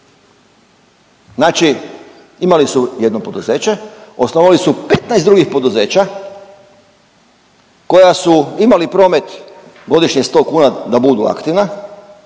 Znači imali su jedno poduzeće, osnovali su 15 drugih poduzeća koja su imali promet godišnje sto kuna da budu aktivna.